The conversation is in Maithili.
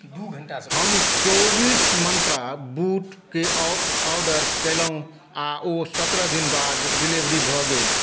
हम चौबीस मंत्रा बूटकेँ ऑर्डर कयलहुँ आ ओ सत्रह दिन बाद डिलीवरी भऽ गेल